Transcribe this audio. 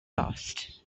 bost